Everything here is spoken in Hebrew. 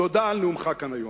תודה על נאומך כאן היום.